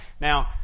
Now